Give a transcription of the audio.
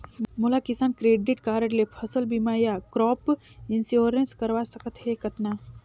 मोला किसान credit card ले फसल बीमा या क्रॉप इंश्योरेंस करवा सकथ हे कतना?